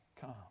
come